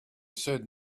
said